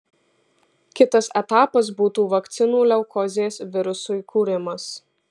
kitas etapas būtų vakcinų leukozės virusui kūrimas